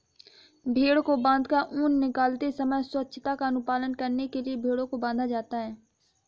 भेंड़ को बाँधकर ऊन निकालते समय स्वच्छता का अनुपालन करने के लिए भेंड़ों को बाँधा जाता है